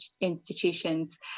institutions